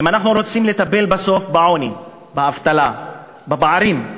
אם אנחנו רוצים בסוף לטפל בעוני, באבטלה, בפערים,